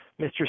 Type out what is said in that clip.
Mr